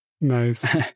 Nice